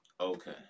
Okay